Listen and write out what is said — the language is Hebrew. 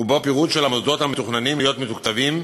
ובו פירוט של המוסדות המתוכננים להיות מתוקצבים